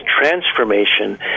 transformation